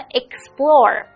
explore